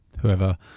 whoever